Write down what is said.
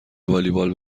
والیبال